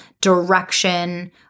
direction